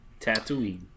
Tatooine